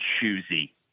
choosy